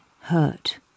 hurt